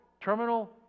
terminal